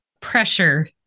pressure